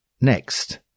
Next